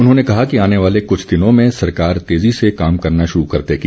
उन्होंने कहा कि आने वाले कुछ दिनों में सरकार तेज़ी से काम करना शुरू कर देगी